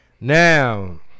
Now